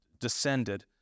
descended